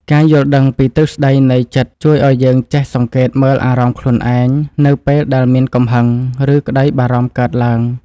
ការយល់ដឹងពីទ្រឹស្តីនៃចិត្តជួយឱ្យយើងចេះសង្កេតមើលអារម្មណ៍ខ្លួនឯងនៅពេលដែលមានកំហឹង ឬ ក្តីបារម្ភកើតឡើង។